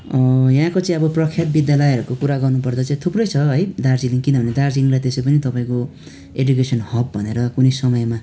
यहाँको चाहिँ आबो प्रख्यात विश्वविद्यालयहरूको कुरा गर्नु पर्दा चाहिँ थुप्रै छ है दार्जिलिङ किनभने दार्जिलिङलाई त्यसै पनि तपैको एडुकेसन हब भनेर कुनै समयमा